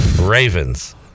Ravens